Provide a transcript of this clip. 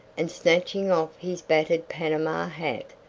and snatching off his battered panama hat,